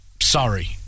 Sorry